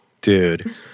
Dude